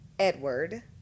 edward